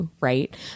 right